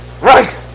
Right